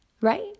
Right